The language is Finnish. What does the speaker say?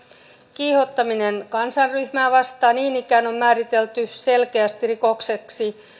kiihottaminen kansanryhmää vastaan niin ikään on määritelty selkeästi rikokseksi